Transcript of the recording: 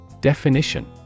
Definition